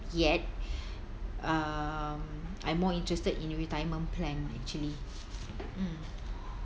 yet uh I'm more interested in retirement plan actually mm